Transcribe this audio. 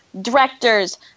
directors